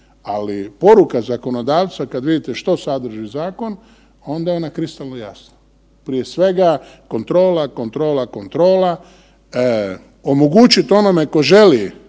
ali poruka zakonodavca kad vidite što sadrži zakon onda je ona kristalno jasna. Prije svega kontrola, kontrola, kontrola, omogućiti onome tko želi